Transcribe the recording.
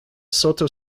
soto